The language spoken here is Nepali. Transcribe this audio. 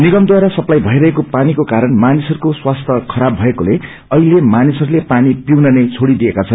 निगमद्वारा सप्लाई भइरहेको पानीको कारण मानिसहरूको स्वस्थ्य खराव भएकोले अहिले मानिसहरूले पानी पिउन नै छोड़िदिएका छन्